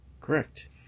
Correct